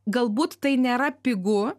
galbūt tai nėra pigu